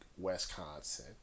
Wisconsin